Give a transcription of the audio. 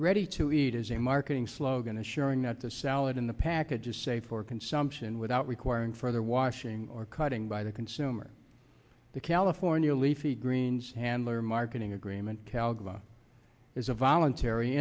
ready to eat is a marketing slogan assuring that the salad in the package is safe for consumption without requiring further washing or cutting by the consumer the california leafy greens handler marketing agreement calgon is a voluntary